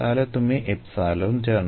তাহলে তুমি ε জানো